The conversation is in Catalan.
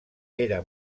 era